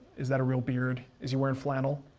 is that a real beard? is he wearing flannel?